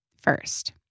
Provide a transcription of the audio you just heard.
first